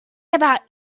about